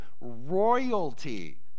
Royalty